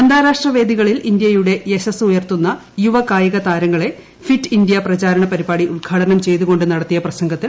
അന്താരാഷ്ട്ര വേദികളിൽ ഇന്തൃയുടെ യശസ്സ് ഉയർത്തുന്ന യുവ കായിക താരങ്ങളെ ഫിറ്റ് ഇന്തൃ പ്രചാരണ പരിപാടി ഉദ്ഘാടനം ചെയ്തു കൊണ്ട് നടത്തിയ പ്രസംഗത്തിൽ